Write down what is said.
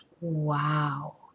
wow